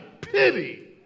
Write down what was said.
pity